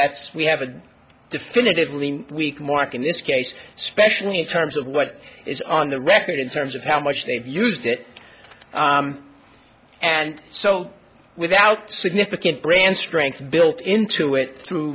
that's we have a definitive ruling weak mark in this case specially in terms of what is on the record in terms of how much they've used it and so without significant brand strength built into it through